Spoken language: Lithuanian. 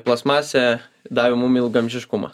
plastmasė davė mum ilgaamžiškumą